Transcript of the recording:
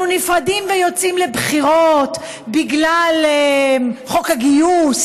נפרדים ויוצאים לבחירות בגלל חוק הגיוס,